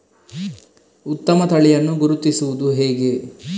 ಉತ್ತಮ ತಳಿಯನ್ನು ಗುರುತಿಸುವುದು ಹೇಗೆ?